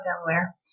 Delaware